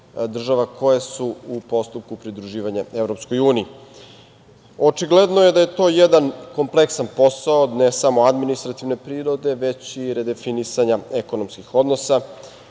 koje su u postupku pridruživanja EU.Očigledno je da je to jedan kompleksan posao, ne samo administrativne prirode, već i redefinisanja ekonomskih odnosa.